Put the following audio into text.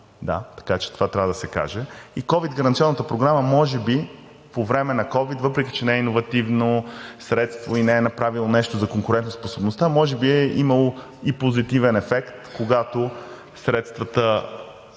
така че това трябва да се каже. Ковид гаранционната програма може би по време на ковид, въпреки че не е иновативно средство и не е направил нещо за конкурентоспособността, може би е имало и позитивен ефект, когато средствата